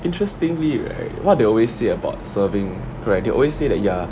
interestingly right what they always say about serving correct they always say that you are